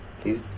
Please